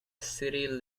city